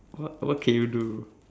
what what can you do